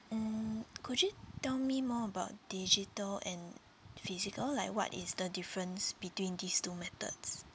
mm could you tell me more about digital and physical like what is the difference between these two methods